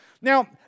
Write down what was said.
Now